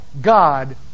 God